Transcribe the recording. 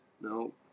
No